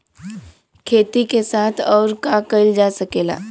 खेती के साथ अउर का कइल जा सकेला?